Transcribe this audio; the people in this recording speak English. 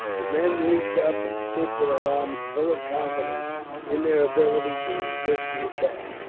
the men leaped up and stood to their arms, full of confidence in their ability to resist the attack.